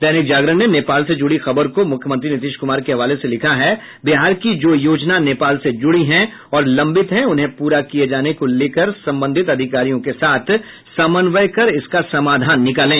दैनिक जागरण ने नेपाल से जुड़े खबर को मुख्यमंत्री नीतीश कुमार के हवाले से लिखा है बिहार की जो योजना नेपाल से जुड़ी हैं और लंबित हैं उन्हें पूरा किये जाने को ले संबंधित अधिकारियों के साथ समन्वय कर इसका समाधान निकालें